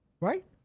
Right